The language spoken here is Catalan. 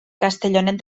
castellonet